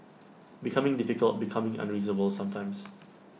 becoming difficult becoming unreasonable sometimes